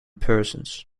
persons